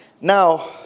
Now